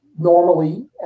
Normally